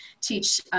teach